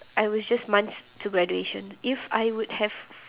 I was just months to graduation if I would have